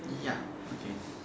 ya okay